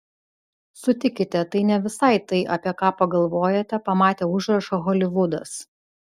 sutikite tai ne visai tai apie ką pagalvojate pamatę užrašą holivudas